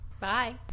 Bye